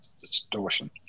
distortion